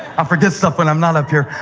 i forget stuff when i'm not up here.